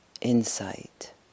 insight